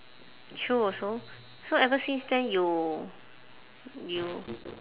true also so ever since then you you